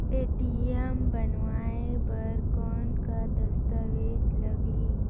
ATM बनवाय बर कौन का दस्तावेज लगही?